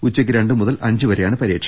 ഉച്ചയ്ക്ക് രണ്ട് മുതൽ അഞ്ച് വരെയാണ് പരീക്ഷ